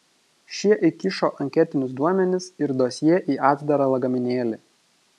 šie įkišo anketinius duomenis ir dosjė į atdarą lagaminėlį